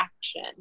action